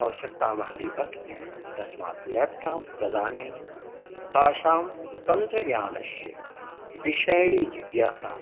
अवश्यकता महती वर्तते तस्मात् ल्याप्टाप् प्रदानेन तासां तन्त्रज्ञानस्य विषयजिज्ञासा